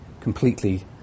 completely